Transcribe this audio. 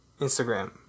Instagram